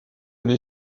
les